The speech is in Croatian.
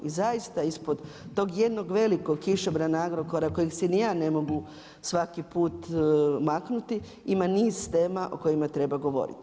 I zaista ispod tog jednog velikog kišobrana Agrokora kojeg se niti ja ne mogu svaki put maknuti ima niz tema o kojima treba govoriti.